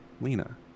Lena